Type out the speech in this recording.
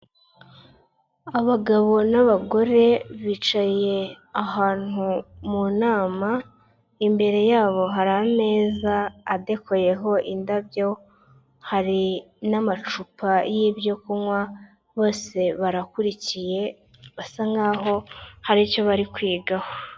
Abagabo n'abagore bicaye ahantu mu inama, imbere yabo hari ameza adekoyeho indabyo, hari n'amacupa y'ibyo kunywa, bose barakurikiye basa nkaho hari icyo bari kwigaho.